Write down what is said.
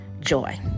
joy